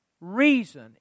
reason